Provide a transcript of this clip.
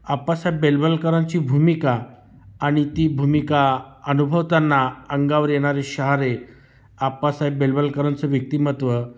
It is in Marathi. आप्पासाहेब बेलवलकरांची भूमिका आणि ती भूमिका अनुभवताना अंगावर येणारे शहारे आप्पासाहेब बेलवलकरांचं व्यक्तिमत्त्व